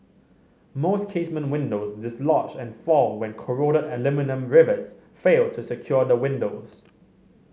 most casement windows dislodge and fall when corroded aluminium rivets fail to secure the windows